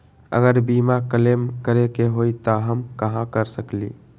अगर बीमा क्लेम करे के होई त हम कहा कर सकेली?